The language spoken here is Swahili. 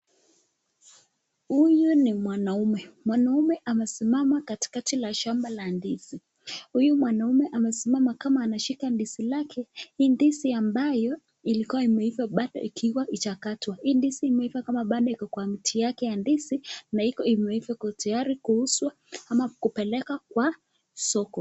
Huyu ni mwanaume , mwanaume amesimama katikati shamba la ndizi huyu mwanaume amesimama kama anashika ndizi lake ndizi ambayo ilikuwa imeiva ikiwa haijakatwa hii ndizi imeiva kama bado hiko kwa miti yake ya ndizi na imeiva hiko tayari kuuzwa ama kupeleka kwa soko.